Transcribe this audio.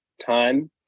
time